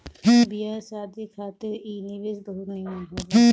बियाह शादी खातिर इ निवेश बहुते निमन होला